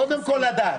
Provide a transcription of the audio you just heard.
קודם כול לדעת.